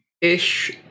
ish